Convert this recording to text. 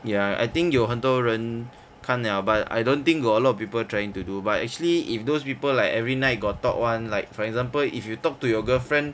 ya I think 有很多人看 liao but I don't think got a lot of people trying to do but actually if those people like every night got talk [one] like for example if you talk to your girlfriend